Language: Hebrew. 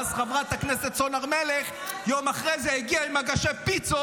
ואז יום אחרי זה חברת הכנסת סון הר מלך הגיעה עם מגשי פיצות,